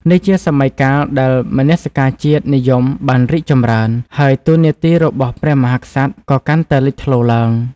នេះជាសម័យកាលដែលមនសិការជាតិនិយមបានរីកចម្រើន ហើយតួនាទីរបស់ព្រះមហាក្សត្រក៏កាន់តែលេចធ្លោឡើង។